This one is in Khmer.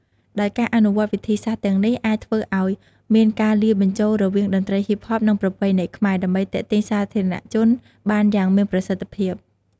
ដោយការអនុវត្តវិធីសាស្ត្រទាំងនេះ នឹងអាចធ្វើឲ្យមានការលាយបញ្ចូលរវាងតន្ត្រីហ៊ីបហប និងប្រពៃណីខ្មែរ ដើម្បីទាក់ទាញសាធារណជនបានយ៉ាងមានប្រសិទ្ធភាព។